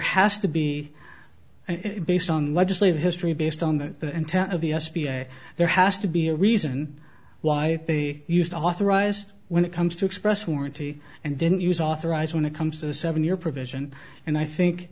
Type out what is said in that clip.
has to be based on legislative history based on the intent of the s p there has to be a reason why they used to authorize when it comes to express warranty and didn't use authorize when it comes to a seven year provision and i think